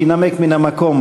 שינמק מן המקום.